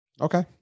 Okay